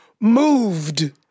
moved